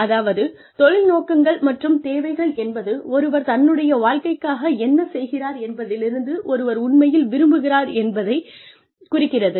அதாவது தொழில் நோக்கங்கள் மற்றும் தேவைகள் என்பது ஒருவர் தன்னுடைய வாழ்க்கைக்காக என்ன செய்கிறார் என்பதிலிருந்து ஒருவர் உண்மையில் விரும்புகிறார் என்பதை குறிக்கிறது